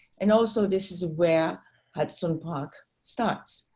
and also, this is where had some park starts.